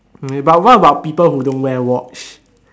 may but what about people who don't wear watch